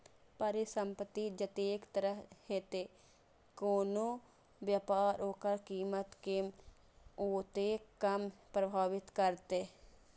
परिसंपत्ति जतेक तरल हेतै, कोनो व्यापार ओकर कीमत कें ओतेक कम प्रभावित करतै